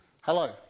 Hello